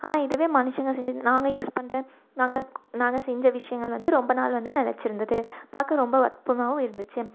ஆனால் இதுவே மனுஷங்கள் செஞ்சு நாங்கள் யூஸ் பண்ணுற நாங்கள் நாங்கள் செஞ்ச விஷயங்கள் வந்து ரொம்ப நாள் வந்து நிலைச்சி இருந்தது பார்க்க ரொம்ப அற்புதமாவும் இருந்துச்சி